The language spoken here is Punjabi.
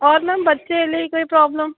ਔਰ ਮੈਮ ਬੱਚੇ ਲਈ ਕੋਈ ਪ੍ਰੋਬਲਮ